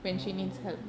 oh